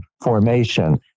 formation